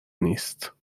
نیست